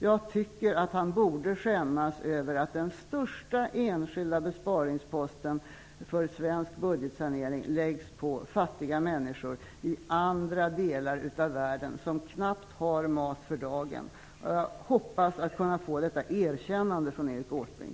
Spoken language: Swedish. Jag tycker att han borde skämmas över att den största enskilda besparingsposten för svensk budgetsanering läggs på fattiga människor i andra delar av världen som knappt har mat för dagen. Jag hoppas att kunna få detta erkännande från Erik Åsbrink.